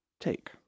take